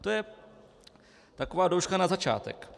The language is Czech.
To je taková douška na začátek.